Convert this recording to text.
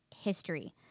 history